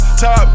top